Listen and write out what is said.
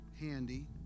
handy